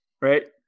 right